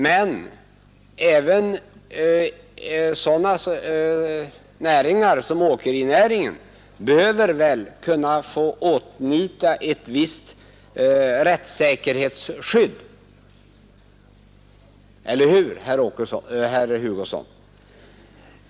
Men även sådana näringar som Måndagen den åkerinäringen bör väl kunna få åtnjuta ett visst rättssäkerhetsskydd, eller 29 maj 1972 hur, herr Hugosson?